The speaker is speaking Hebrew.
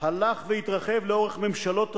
הלך והתרחב לאורך ממשלות רבות,